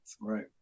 Right